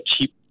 cheap